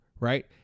right